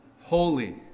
holy